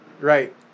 right